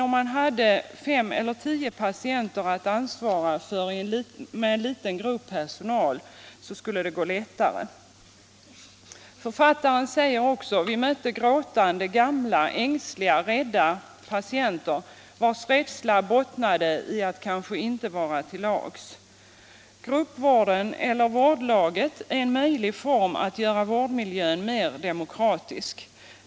Om man hade fem eller tio patienter att ansvara för med en liten grupp personal skulle det gå lättare. Författaren säger: ”Vi mötte gråtande, gamla, ynkliga, rädda patienter vars rädsla bottnade i att kanske inte vara till lags.” Gruppvården eller vårdlaget är en möjlig form att göra vårdmiljön mera demokratisk.